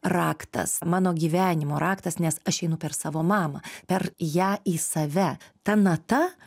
raktas mano gyvenimo raktas nes aš einu per savo mamą per ją į save ta nata